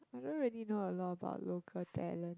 I don't really know a lot about local talent